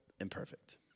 imperfect